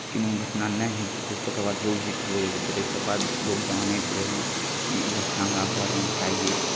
कोनो घटना नहि होइत रहय तकर बाद लोक चिट्ठी भेजैत रहै तकर बाद लोक जानैत रहय की ई घटना हमरा घरमे भए गेल